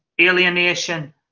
alienation